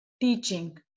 teaching